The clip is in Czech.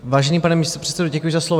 Vážený pane místopředsedo, děkuji za slovo.